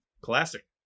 Classic